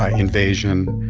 ah invasion,